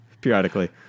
periodically